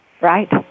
Right